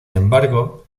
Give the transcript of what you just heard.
embargo